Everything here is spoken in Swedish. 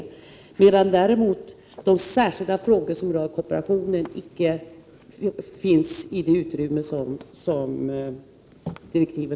Däremot ryms inte de särskilda frågor som rör kooperationen i utredningsdirektiven.